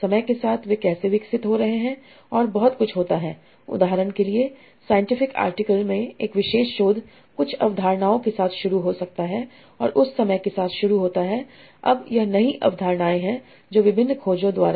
समय के साथ वे कैसे विकसित हो रहे हैं यह बहुत कुछ होता है उदाहरण के लिए साइंटिफिक आर्टिकल में एक विशेष शोध कुछ अवधारणाओं के साथ शुरू हो सकता है और उस समय के साथ शुरू होता है अब यह नई अवधारणाएं हैं तो विभिन्न खोजों द्वारा